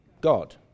God